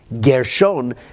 Gershon